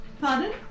Pardon